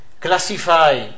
classify